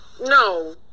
No